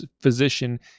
physician